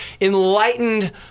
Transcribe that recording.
enlightened